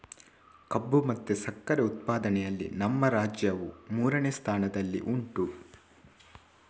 ಕಬ್ಬು ಮತ್ತೆ ಸಕ್ಕರೆ ಉತ್ಪಾದನೆಯಲ್ಲಿ ನಮ್ಮ ರಾಜ್ಯವು ಮೂರನೇ ಸ್ಥಾನದಲ್ಲಿ ಉಂಟು